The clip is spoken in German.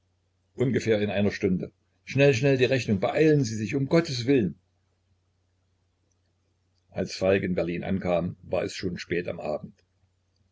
ungefähr in einer stunde schnell schnell die rechnung beeilen sie sich um gotteswillen als falk in berlin ankam war es schon spät am abend